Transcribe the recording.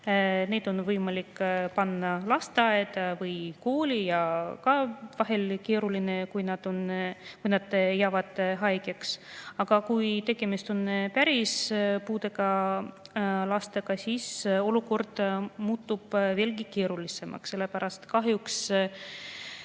neid on võimalik panna lasteaeda või kooli. Ka [nendega on] vahel keeruline, kui nad jäävad haigeks. Aga kui tegemist on puudega lastega, siis olukord muutub veelgi keerulisemaks, sellepärast et kahjuks